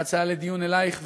בהצעה לדיון אלייך,